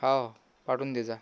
हो पाठवून देजा